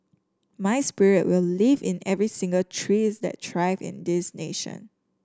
my spirit will live in every single trees that thrive in this nation